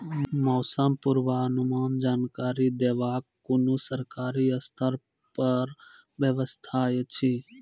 मौसम पूर्वानुमान जानकरी देवाक कुनू सरकारी स्तर पर व्यवस्था ऐछि?